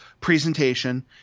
presentation